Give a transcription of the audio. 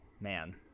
Man